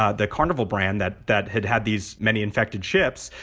ah the carnival brand, that that had had these many infected ships.